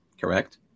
correct